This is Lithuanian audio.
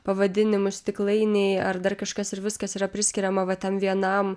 pavadinimus stiklainiai ar dar kažkas ir viskas yra priskiriama va ten vienam